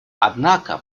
однако